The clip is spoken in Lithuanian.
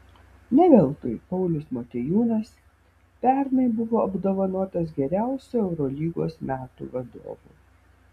ne veltui paulius motiejūnas pernai buvo apdovanotas geriausiu eurolygos metų vadovu